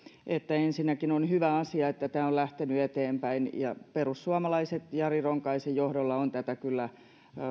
että ensinnäkin on hyvä asia että tämä on lähtenyt eteenpäin perussuomalaiset jari ronkaisen johdolla ovat tätä kyllä